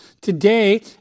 Today